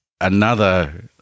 another-